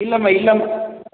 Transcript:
இல்லைம்மா இல்லைம்மா